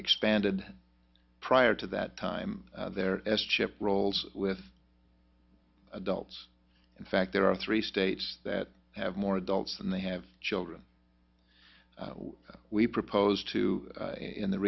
expanded prior to that time their s chip rolls with adults in fact there are three states that have more adults than they have children we proposed to in the